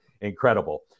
incredible